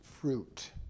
fruit